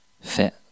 fit